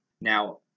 Now